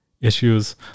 issues